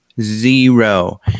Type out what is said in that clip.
Zero